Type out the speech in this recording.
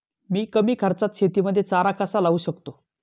मी कमी खर्चात शेतीमध्ये चारा कसा लावू शकतो?